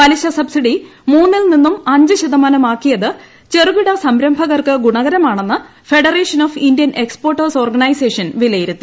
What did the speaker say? പലിശ സബ്സിഡി മൂന്നിൽ നിന്നും അഞ്ച് ശതമാനമാക്കിയത് ചെറുകിട സംരംഭകർക്ക് ഗുണകരമാണെന്ന് federation of Indian exporters organisation വിലയിരുത്തി